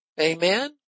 Amen